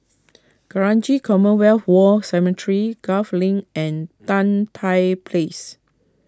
Kranji Commonwealth War Cemetery Gul Link and Tan Tye Place